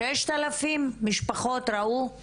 6,000 משפחות ראו את